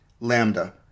Lambda